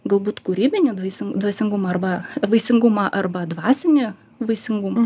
galbūt kūrybinį dvaisin dvasingumą arba vaisingumą arba dvasinį vaisingumą